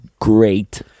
great